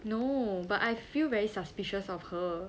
no but I feel very suspicious of her